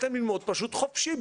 לתת להם ללמוד פשוט חופשי?